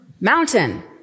Mountain